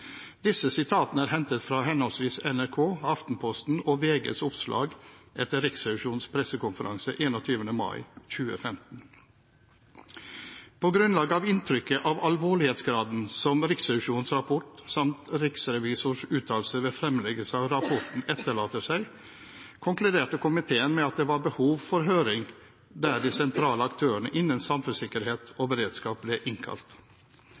Disse sitatene er hentet fra henholdsvis NRKs, Aftenpostens og VGs oppslag etter Riksrevisjonens pressekonferanse 21. mai 2015. På grunnlag av inntrykket av alvorlighetsgraden som Riksrevisjonens rapport samt riksrevisors uttalelser ved fremleggelse av rapporten etterlater seg, konkluderte komiteen med at det var behov for høring der de sentrale aktørene innen samfunnssikkerhet og beredskap ble innkalt.